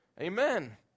Amen